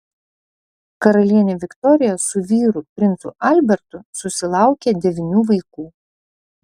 karalienė viktorija su vyru princu albertu susilaukė devynių vaikų